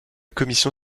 commission